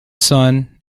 son